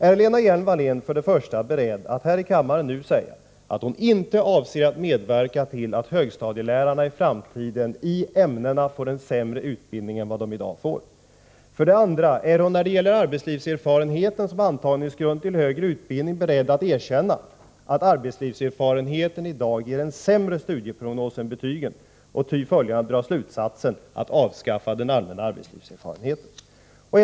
Är Lena Hjelm-Wallén för det första beredd att här i kammaren säga att hon inte avser att medverka till att högstadielärarna i framtiden i ämnena får en sämre utbildning än vad de i dag får? För det andra: Är hon när det gäller arbetslivserfarenhet som antagningsgrund till högre utbildning beredd att erkänna att arbetslivserfarenheten i dag ger en sämre studieprognos än betygen och följaktligen därav dra slutsatsen att man bör avskaffa den allmänna arbetslivserfarenheten som grund för antagning?